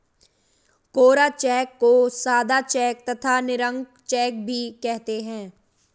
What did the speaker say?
कोरा check को सादा check तथा निरंक चेक भी कहते हैं